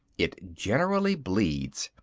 it generally bleeds,